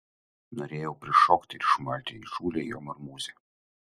norėjau prišokti ir išmalti įžūlią jo marmūzę